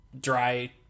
dry